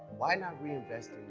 why not reinvest